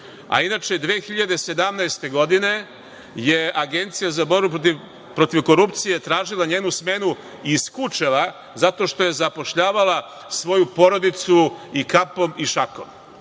a inače 2017. godine je Agencija za borbu protiv korupcije tražila njenu smenu iz Kučeva zato što je zapošljavala svoju porodicu i kapom i šakom.